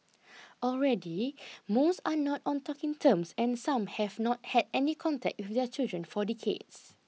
already most are not on talking terms and some have not had any contact with their children for decades